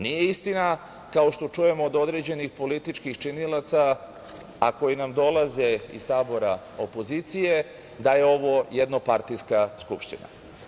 Nije istina, kao što čujemo od određenih političkih činilaca, a koji nam dolaze iz tabora opozicije, da je ovo jednopartijska Skupština.